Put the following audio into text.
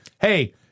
Hey